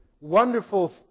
wonderful